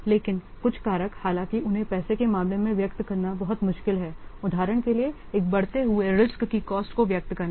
लेकिन कुछ कारक हालाँकि उन्हें पैसे के मामले में व्यक्त करना बहुत मुश्किल है उदाहरण के लिए एक बढ़ते एक बढ़ते हुए रिस्क की कॉस्ट को व्यक्त करना